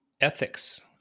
ethics